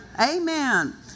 Amen